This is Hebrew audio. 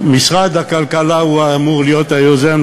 שמשרד הכלכלה הוא שאמור להיות היוזם,